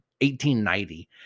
1890